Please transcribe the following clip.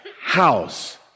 House